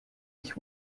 ich